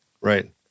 Right